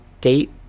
date